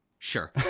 Sure